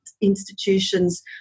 institutions